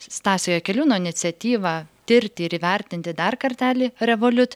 stasio jakeliūno iniciatyvą tirti ir įvertinti dar kartelį revolut